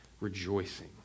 rejoicing